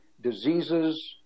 diseases